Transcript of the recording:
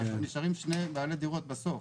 נשארים שני בעלי דירות בסוף.